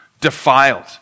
defiled